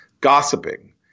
gossiping